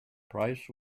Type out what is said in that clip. price